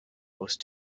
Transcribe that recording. most